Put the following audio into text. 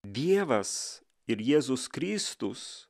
dievas ir jėzus kristus